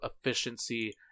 efficiency